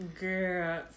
girl